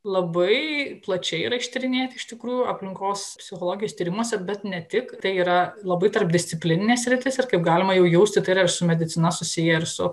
labai plačiai yra ištyrinėti iš tikrųjų aplinkos psichologijos tyrimuose bet ne tik tai yra labai tarpdisciplininė sritis ir kaip galima jau jausti tai yra iš medicinos susiję ir su